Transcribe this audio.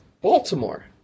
Baltimore